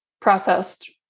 processed